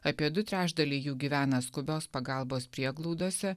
apie du trečdaliai jų gyvena skubios pagalbos prieglaudose